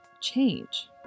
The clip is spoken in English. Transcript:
change